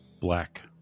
black